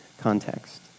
context